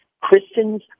Christians